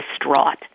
distraught